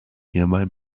hierbei